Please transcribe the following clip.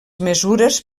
mesures